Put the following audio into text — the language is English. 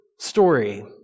story